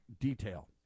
detail